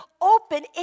open